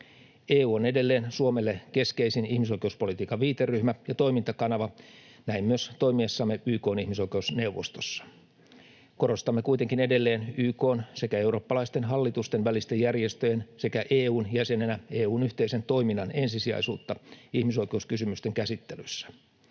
EU on edelleen Suomelle keskeisin ihmisoikeuspolitiikan viiteryhmä ja toimintakanava, näin myös toimiessamme YK:n ihmisoikeusneuvostossa. Korostamme kuitenkin edelleen YK:n sekä eurooppalaisten hallitustenvälisten järjestöjen sekä EU:n jäsenenä EU:n yhteisen toiminnan ensisijaisuutta ihmisoikeuskysymysten käsittelyssä.